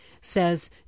says